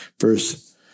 Verse